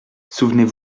souvenez